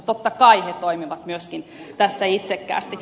totta kai ne toimivat myöskin tässä itsekkäästi